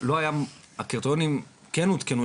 הקריטריונים כן עודכנו,